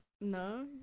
no